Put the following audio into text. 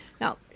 Now